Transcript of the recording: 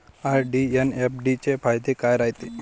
RD अन FD चे फायदे काय रायते?